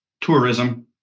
tourism